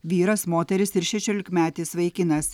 vyras moteris ir šešiolikmetis vaikinas